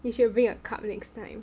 you should bring a cup next time